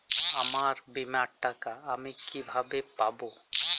আমার বীমার টাকা আমি কিভাবে পাবো?